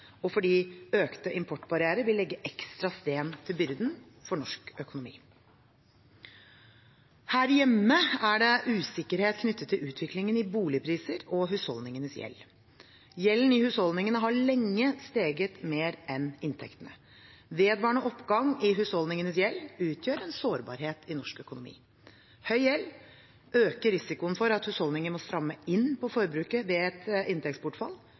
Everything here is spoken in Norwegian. og fordi økte importbarrierer vil legge ekstra sten til byrden for norsk økonomi. Her hjemme er det usikkerhet knyttet til utviklingen i boligpriser og husholdningenes gjeld. Gjelden i husholdningene har lenge steget mer enn inntektene. Vedvarende oppgang i husholdningenes gjeld utgjør en sårbarhet i norsk økonomi. Høy gjeld øker risikoen for at husholdninger må stramme inn på forbruket ved inntektsbortfall,